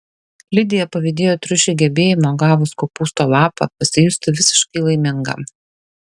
lidija pavydėjo triušiui gebėjimo gavus kopūsto lapą pasijusti visiškai laimingam